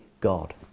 God